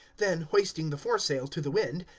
then, hoisting the foresail to the wind,